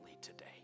today